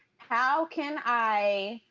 how can i